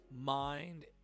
mind